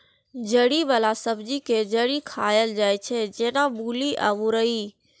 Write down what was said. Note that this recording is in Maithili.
जड़ि बला सब्जी के जड़ि खाएल जाइ छै, जेना मूली या मुरइ